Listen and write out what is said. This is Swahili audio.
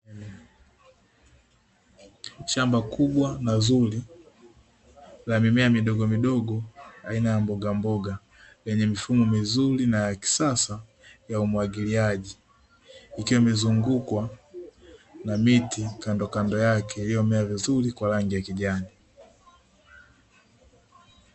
Shamba kubwa na zuri la mimea midogomidogo aina ya mbogamboga, lenye mifumo mizuri na ya kisasa ya umwagiliaji, ikiwa imezungukwa na miti kandokando yake, iliyomea vizuri kwa rangi ya kijani.